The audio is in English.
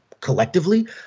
collectively